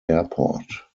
airport